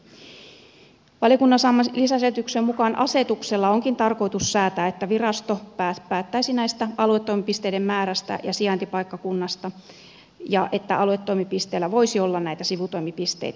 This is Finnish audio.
valiokunnan saaman lisäselvityksen mukaan asetuksella onkin tarkoitus säätää että virasto päättäisi aluetoimipisteiden määrästä ja sijaintipaikkakunnasta ja että aluetoimipisteillä voisi olla näitä sivutoimipisteitä